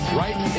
right